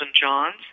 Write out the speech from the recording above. Johns